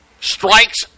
strikes